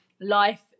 life